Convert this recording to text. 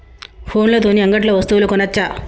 ఫోన్ల తోని అంగట్లో వస్తువులు కొనచ్చా?